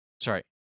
Sorry